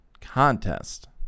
contest